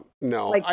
No